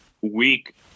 week